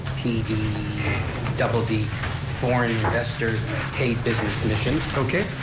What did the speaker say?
pd double d foreign investors paid business missions. okay.